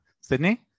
sydney